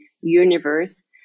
universe